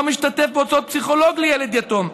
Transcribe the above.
לא משתתפים בהוצאות פסיכולוג לילד יתום.